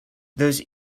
those